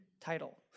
title